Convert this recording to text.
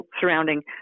surrounding